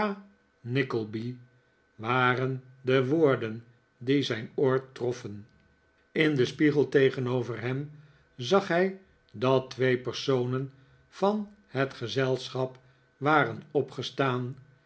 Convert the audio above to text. nickleby waren de woorden die zijn oor troffen in den spiegel tegenover hem zag hij dat twee personen van het gezelschap waren opgestaan